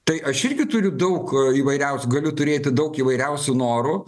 tai aš irgi turiu daug įvairiausių galiu turėti daug įvairiausių norų